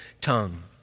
tongue